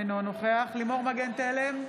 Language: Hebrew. אינו נוכח לימור מגן תלם,